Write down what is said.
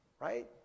Right